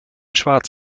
schwarz